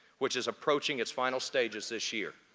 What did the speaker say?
which is approaching its final stages this year.